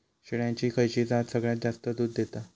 शेळ्यांची खयची जात सगळ्यात जास्त दूध देता?